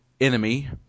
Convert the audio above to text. enemy